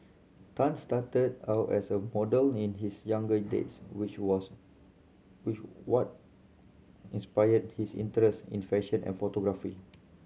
Tan started out as a model in his younger days which was which what inspired his interest in fashion and photography